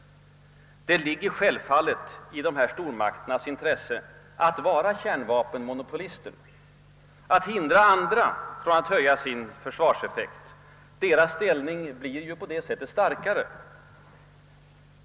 Det ligger självfallet i dessa stormakters intresse, att vara kärnvapenmonopolister, att hindra andra från att höja sin försvarseffekt. Deras ställning blir ju på det sättet starkare.